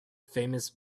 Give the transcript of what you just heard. famous